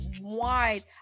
wide